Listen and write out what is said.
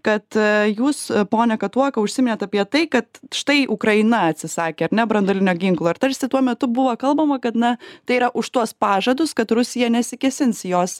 kad jūs pone katuoka užsiminėt apie tai kad štai ukraina atsisakė ar ne branduolinio ginklo ir tarsi tuo metu buvo kalbama kad na tai yra už tuos pažadus kad rusija nesikėsins į jos